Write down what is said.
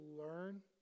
learn